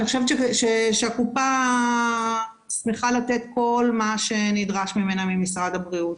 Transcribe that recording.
אני חושבת שהקופה שמחה לתת כל מה שנדרש ממנה ממשרד הבריאות.